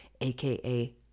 aka